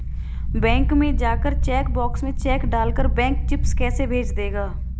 bank में जाकर cheque box में चेक डाल कर बैंक चिप्स पैसे भेज देगा